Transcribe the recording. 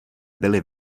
byli